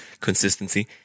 consistency